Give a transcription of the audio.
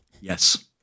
Yes